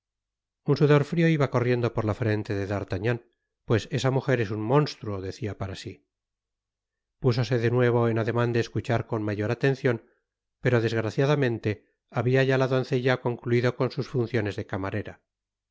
un sudor frio iba corriendo por la frente de d'artagnan pues esa mujer es un mónstruo decia para sí púsose de nuevo en ademan de escuchar con mayor atencion pero desgraciadamente habia ya la doncella concluido con sus funciones de camarera